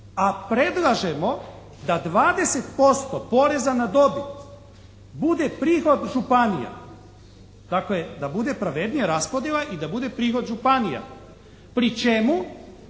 A predlažemo da 20% poreza na dobit bude prihod županija. Dakle da bude pravednija raspodjela i da bude prihod županija. Pri čemu